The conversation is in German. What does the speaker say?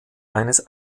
eines